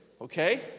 Okay